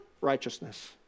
Righteousness